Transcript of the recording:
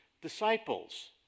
disciples